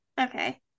Okay